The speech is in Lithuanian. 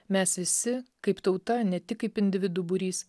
mes visi kaip tauta ne tik kaip individų būrys